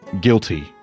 Guilty